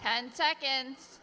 ten seconds